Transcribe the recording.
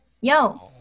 Yo